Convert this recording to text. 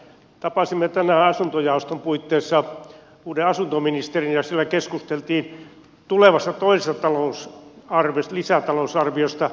tapasimme tänään asuntojaoston puitteissa uuden asuntoministerin ja siellä keskusteltiin tulevasta toisesta lisätalousarviosta